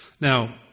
Now